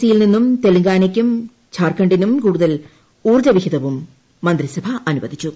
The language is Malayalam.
സി യിൽ നിന്നും തെലങ്കാനയ്ക്കും ജാർഖണ്ഡിനും കൂടുതൽ ഊർജവിഹിതവും മന്ത്രിസഭ അനുവദിച്ചു